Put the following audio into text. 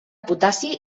potassi